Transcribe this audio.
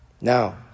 Now